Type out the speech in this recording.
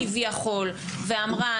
כביכול ואמרה,